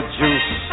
juice